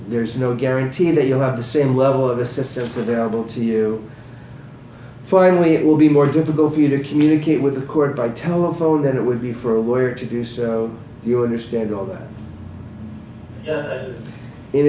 there is no guarantee that you'll have the same level of assistance available to you finally it will be more difficult for you to communicate with the court by telephone that it will be for a work to do so you understand all that in